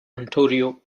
ontario